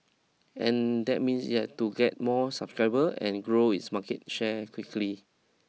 and that means it had to get more subscriber and grow its market share quickly